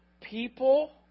people